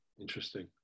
Interesting